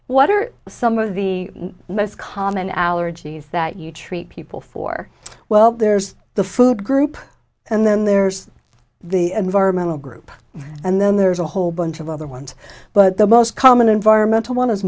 what are some of the most common allergies that you treat people for well there's the food group and then there's the environmental group and then there's a whole bunch of other ones but the most common environmental one is